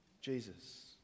Jesus